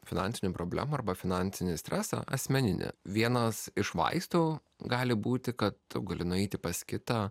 finansinių problemų arba finansinį stresą asmeninė vienas iš vaistų gali būti kad gali nueiti pas kitą